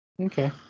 Okay